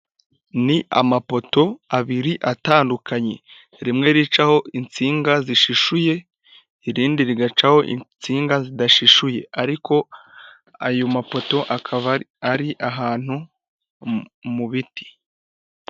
Ni amapoto abiri atandukanye, rimwe ricaho insinga zishishuye, irindi rigacaho insinga zidashishuye, ariko ayo mapoto akaba ari ahantu mu biti.